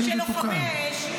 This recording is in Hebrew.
של לוחמי האש,